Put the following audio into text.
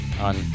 on